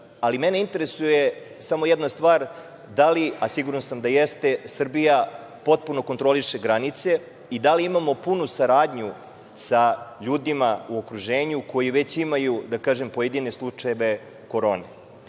nas. Mene interesuje samo jedna stvar - da li, a siguran sam da jeste, Srbija potpuno kontroliše granice i da li imamo punu saradnju sa ljudima u okruženju koji već imaju, da kažem, pojedine slučajeve korone? Još